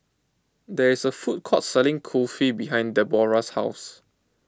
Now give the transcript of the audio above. there is a food court selling Kulfi behind Debora's house